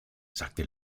sagte